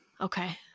Okay